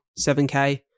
7k